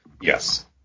Yes